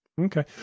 Okay